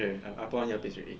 okay I I put on earpiece already